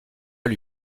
lui